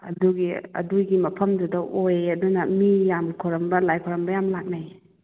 ꯑꯗꯨꯒꯤ ꯑꯗꯨꯒꯤ ꯃꯐꯝꯗꯨꯗ ꯑꯣꯏꯌꯦ ꯑꯗꯨꯅ ꯃꯤ ꯌꯥꯝ ꯈꯣꯏꯔꯝꯕ ꯂꯥꯏ ꯈꯣꯏꯔꯝꯕ ꯌꯥꯝ ꯂꯥꯛꯅꯩ